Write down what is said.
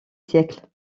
siècle